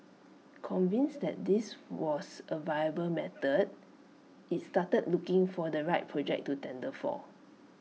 convinced that this was A viable method IT started looking for the right project to tender for